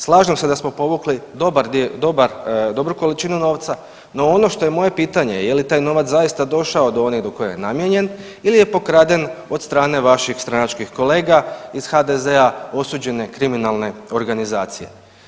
Slažem se da smo povukli dobru količinu novca, no ono što je moje pitanje, je li taj novac zaista došao do onih do koje je namijenjen ili je pokraden od strane vaših stranačkih kolega iz HDZ-a, osuđene kriminalne organizacije.